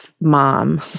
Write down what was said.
mom